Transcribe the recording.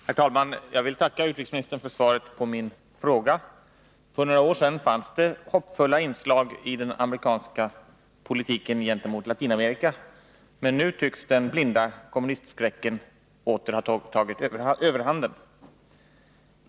Herr talman! Jag vill tacka utrikesministern för svaret på min fråga. För några år sedan fanns det hoppfulla inslag i den amerikanska politiken gentemot Latinamerika, men nu tycks den blinda kommunistskräcken åter ha tagit överhanden.